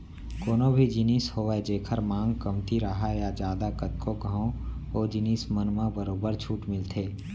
कोनो भी जिनिस होवय जेखर मांग कमती राहय या जादा कतको घंव ओ जिनिस मन म बरोबर छूट मिलथे